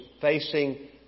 facing